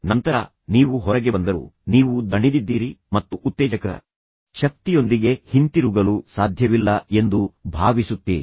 ತದನಂತರ ನೀವು ಹೊರಗೆ ಬಂದರೂ ನೀವು ದಣಿದಿದ್ದೀರಿ ಮತ್ತು ನಂತರ ನೀವು ಉತ್ತೇಜಕ ಶಕ್ತಿಯೊಂದಿಗೆ ಹಿಂತಿರುಗಲು ಸಾಧ್ಯವಿಲ್ಲ ಎಂದು ಭಾವಿಸುತ್ತೀರಿ